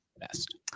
best